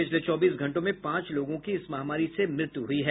पिछले चौबीस घंटों में पांच लोगों की इस महामारी से मृत्यु हुई है